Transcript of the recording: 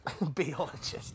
Biologist